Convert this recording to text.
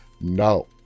No